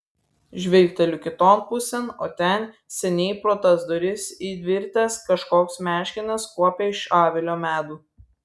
žvilgteliu kiton pusėn o ten seniai pro tas duris įvirtęs kažkoks meškinas kuopia iš avilio medų